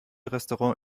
restaurant